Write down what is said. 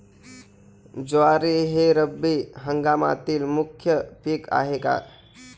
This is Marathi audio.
ज्वारी हे रब्बी हंगामातील मुख्य पीक आहे का?